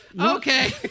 Okay